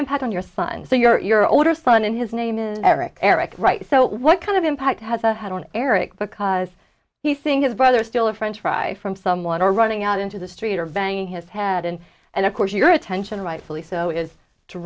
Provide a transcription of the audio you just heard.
impact on your son so your older son and his name is eric eric right so what kind of impact has a had on eric because he's seeing his brother still a french fry from someone or running out into the street or banging his had and and of course your attention rightfully so